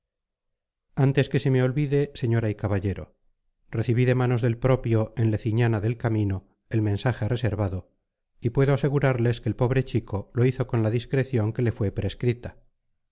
antes que se me olvide señora y caballero recibí de manos del propio en leciñana del camino el mensaje reservado y puedo asegurarles que el pobre chico lo hizo con la discreción que le fue que prescrita